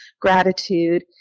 gratitude